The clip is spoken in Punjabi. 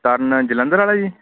ਕਰਨ ਜਲੰਧਰ ਵਾਲਾ ਜੀ